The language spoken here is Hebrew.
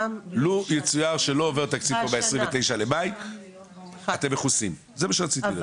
עד ה-29 למאי אתם מכוסים, זה מה שרצית להגיד.